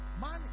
man